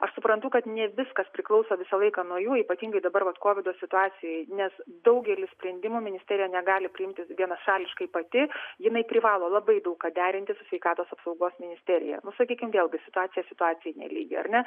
aš suprantu kad ne viskas priklauso visą laiką nuo jų ypatingai dabar vat kovido situacijoj nes daugelį sprendimų ministerija negali priimti vienašališkai pati jinai privalo labai daug ką derinti su sveikatos apsaugos ministerija sakykim vėlgi situacija situacijai nelygi ar ne